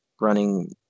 running